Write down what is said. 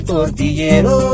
Tortillero